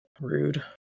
rude